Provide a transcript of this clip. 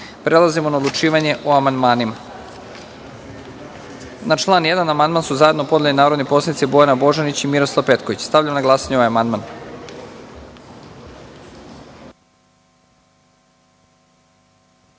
18.Prelazimo na odlučivanje o amandmanima. Na član 1. amandman su zajedno podneli narodni poslanici Bojana Božanić i Miroslav Petković. Stavlj am na glasanje ovaj amandman. Molim